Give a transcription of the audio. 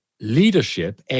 Leadership